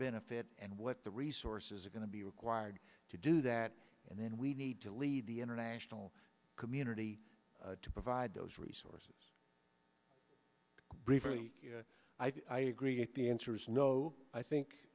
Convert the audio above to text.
benefit and what the resources are going to be required to do that and then we need to lead the international community to provide those resources briefly i agree if the answer is no i think